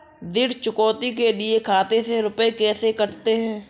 ऋण चुकौती के लिए खाते से रुपये कैसे कटते हैं?